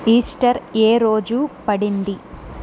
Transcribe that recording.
Easter ఏ రోజు పడింది